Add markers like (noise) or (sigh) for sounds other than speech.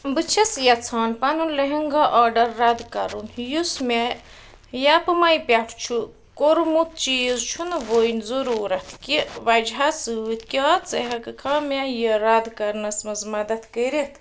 بہٕ چھیٚس یژھان پنن لہنگا آرڈر رد کٔرُن یُس مے (unintelligible) پٮ۪ٹھ چھُ کٔوٚرمُت چیٖز چھُنہٕ وۄنۍ ضروٗرت کہِ وجہٕ سۭتۍ کیٛاہ ژٕ ہیٚکہٕ کھا مےٚ یہ رد کرنَس منٛز مدد کٔرتھ